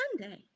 Sunday